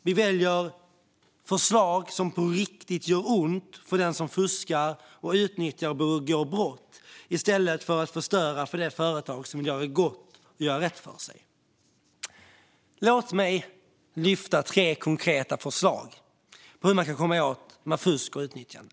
Vi väljer förslag som på riktigt gör ont för den som fuskar, utnyttjar och begår brott i stället för att förstöra för de företag som vill gott och gör rätt för sig. Låt mig lyfta tre konkreta förslag på hur man kan komma åt fusk och utnyttjande.